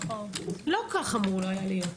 לא כך אמור היה להיות.